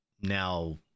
now